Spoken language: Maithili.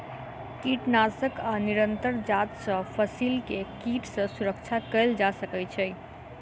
कीटनाशक आ निरंतर जांच सॅ फसिल के कीट सॅ सुरक्षा कयल जा सकै छै